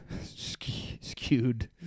Skewed